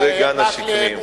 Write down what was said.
זה גן השקמים." מקלב,